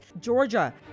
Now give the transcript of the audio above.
Georgia